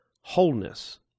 wholeness